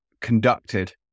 conducted